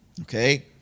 Okay